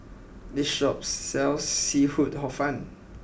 this shop sells Seafood Hor Fun